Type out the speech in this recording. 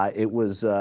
um it was